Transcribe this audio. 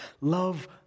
Love